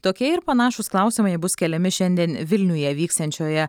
tokie ir panašūs klausimai bus keliami šiandien vilniuje vyksiančioje